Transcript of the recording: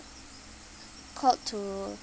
called to